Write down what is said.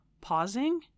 pausing